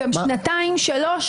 גם שנתיים, שלוש?